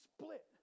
split